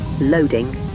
Loading